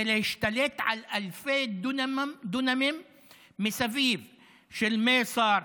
זה להשתלט על אלפי דונמים מסביב למייסר,